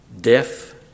deaf